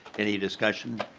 any discussion?